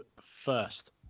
first